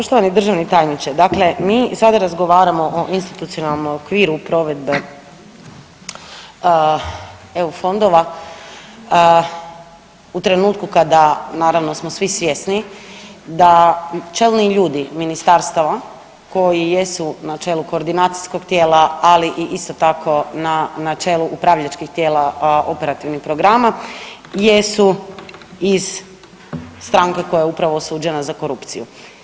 Poštovani državni tajniče, dakle mi sada razgovaramo o institucionalnom okviru provedbe EU fondova u trenutku kada naravno smo svi svjesni da čelni ljudi ministarstava koji jesu na čelu koordinacijskog tijela, ali isto tako na čelu upravljačkih tijela operativnih programa jesu iz stranke koja je upravo osuđena za korupciju.